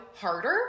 harder